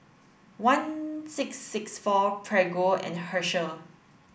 one six six four Prego and Herschel